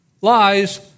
lies